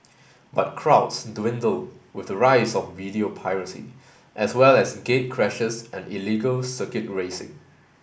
but crowds dwindled with the rise of video piracy as well as gatecrashers and illegal circuit racing